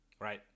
Right